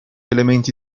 elementi